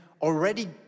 already